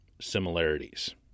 similarities